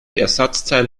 ersatzteil